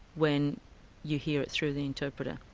when you hear it through the interpreter.